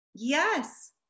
Yes